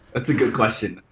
that's a good question,